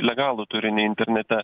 legalų turinį internete